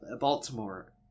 Baltimore